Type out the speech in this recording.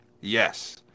Yes